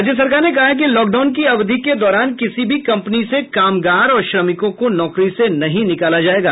राज्य सरकार ने कहा है कि लॉकडाउन के अवधि के दौरान किसी भी कम्पनी से कामगार और श्रमिकों को नौकरी से नहीं निकाला जायेगा